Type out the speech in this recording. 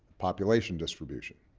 population distribution,